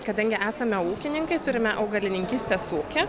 kadangi esame ūkininkai turime augalininkystės ūkį